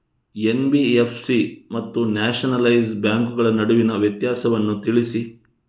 NBFC ಮತ್ತು nationalise ಬ್ಯಾಂಕುಗಳ ನಡುವಿನ ವ್ಯತ್ಯಾಸವನ್ನು ತಿಳಿಸಿ?